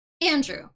Andrew